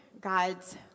God's